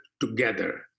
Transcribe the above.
together